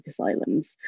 Islands